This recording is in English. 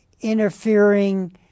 interfering